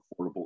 affordable